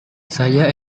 saya